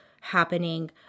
happening